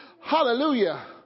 Hallelujah